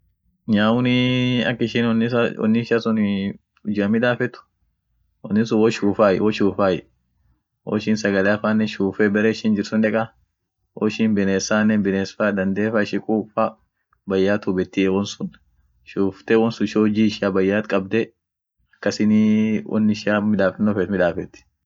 Nyaunii ak ishin wonni ishia sunii ujian midafet, wonni sun wo shuufay wo shufaay woishin sagalea faanen shuufe barre ishin jirt sun deeka woishin binessanen biness fa dandee fa ishi kuuk fa bayaat huhibetiey won sun, shuufte won sun shoji ishia bayaat kabde akasinii woin ishia midafeno feet midafet.